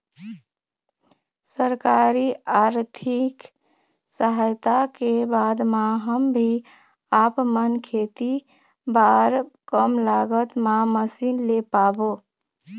सरकारी आरथिक सहायता के बाद मा हम भी आपमन खेती बार कम लागत मा मशीन ले पाबो?